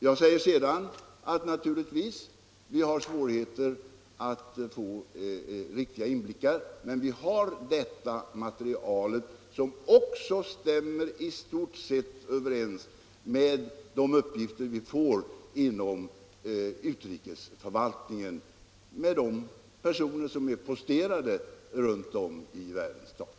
Jag säger sedan att vi naturligtvis har svårigheter att få riktiga inblickar, men vi har detta material som också i stort sett stämmer överens med de uppgifter vi får inom utrikesförvaltningen från de personer som är posterade runt om i världens stater.